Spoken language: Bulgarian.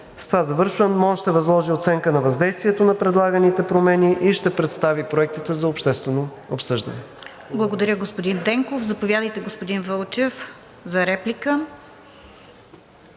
С това завършвам. МОН ще възложи оценка на въздействието на предлаганите промени и ще представи проектите за обществено обсъждане. ПРЕДСЕДАТЕЛ РОСИЦА КИРОВА: Благодаря, господин Денков. Заповядайте, господин Вълчев, за реплика.